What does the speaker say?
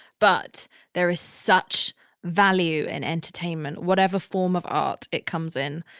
but there is such value in entertainment, whatever form of art it comes in.